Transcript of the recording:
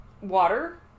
water